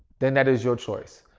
then that is your choice.